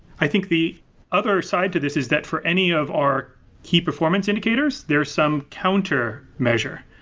i think the other side to this is that for any of our key performance indicators, there are some counter measure.